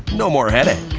no more headache.